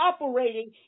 operating